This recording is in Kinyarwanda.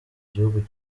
gihugu